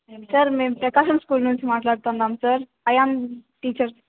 sir మేము Prakasam school నుంచి మాట్లాడతున్నాం సార్ అయాన్ టీచర్